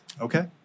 Okay